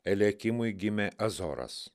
eliakimui gimė azoras